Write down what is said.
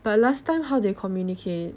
but last time how they communicate